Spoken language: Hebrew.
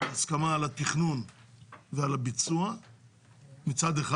הסכמה על התכנון ועל הביצוע מצד אחד.